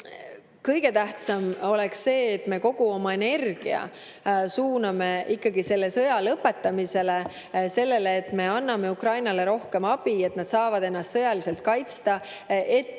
Kõige tähtsam on see, et me kogu oma energia suuname ikkagi selle sõja lõpetamisele, sellele, et me anname Ukrainale rohkem abi, et nad saavad ennast sõjaliselt kaitsta, et